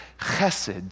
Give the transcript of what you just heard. chesed